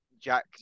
Jack